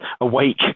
awake